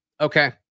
Okay